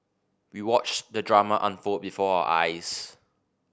we watched the drama unfold before our eyes